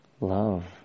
love